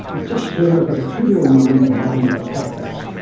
it just shows i've got a trivial mind, the mind of a pack-rat.